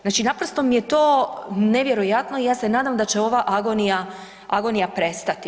Znači naprosto mi je to nevjerojatno i ja se nadam da će ova agonija prestati.